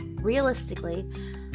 realistically